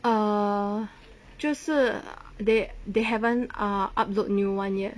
err 就是 they they haven't ah upload new [one] yet